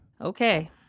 Okay